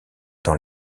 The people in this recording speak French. dans